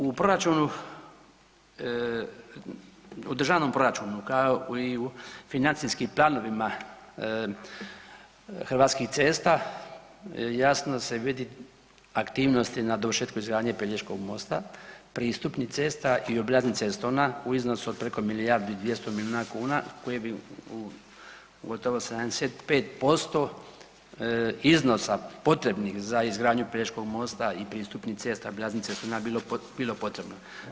U proračunu, u državnom proračunu kao i u financijskim planovima Hrvatskih cesta jasno se vidi aktivnosti na dovršetku izgradnje Pelješkog mosta, pristupnih cesta i obilaznice Stona u iznosu od preko milijardu i 200 miliona kuna koje bi u gotovo 75% iznosa potrebnih za izgradnju Pelješkog mosta i pristupnih cesta obilaznice Stona bilo potrebno.